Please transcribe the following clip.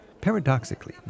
Paradoxically